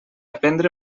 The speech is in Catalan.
aprendre